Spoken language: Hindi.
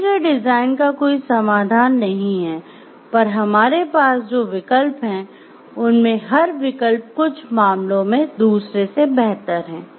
दिए गए डिजाइन का कोई समाधान नहीं है पर हमारे पास जो विकल्प हैं उनमें हर विकल्प कुछ मामलों में दूसरे से बेहतर है